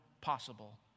possible